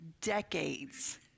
decades